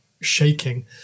shaking